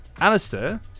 Alistair